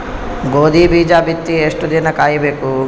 ಗೋಧಿ ಬೀಜ ಬಿತ್ತಿ ಎಷ್ಟು ದಿನ ಕಾಯಿಬೇಕು?